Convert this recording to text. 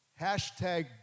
Hashtag